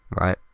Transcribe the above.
Right